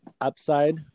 upside